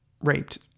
raped